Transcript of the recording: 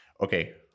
okay